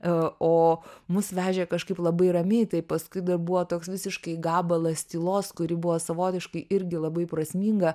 o mus vežė kažkaip labai ramiai tai paskui dar buvo toks visiškai gabalas tylos kuri buvo savotiškai irgi labai prasminga